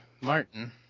Martin